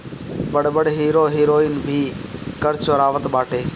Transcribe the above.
बड़ बड़ hero heroine भी कर चोरावत बाटे